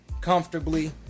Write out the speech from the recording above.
comfortably